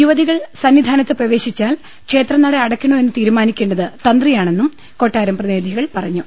യുവ തികൾ സന്നിധാനത്ത് പ്രവേശിച്ചാൽ ക്ഷേത്ര നടയട ക്കണോ എന്ന് തീരുമാനിക്കേണ്ടത് തന്ത്രിയാണെന്നും കൊട്ടാരം പ്രതിനിധികൾ പറഞ്ഞു